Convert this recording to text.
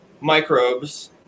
microbes